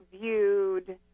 viewed